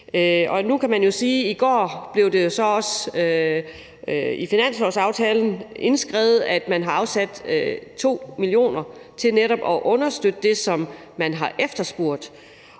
i går blev det så også i finanslovsaftalen indskrevet, at man har afsat 2 mio. kr. til netop at understøtte det, som man har efterspurgt.